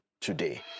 today